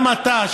גם אתה,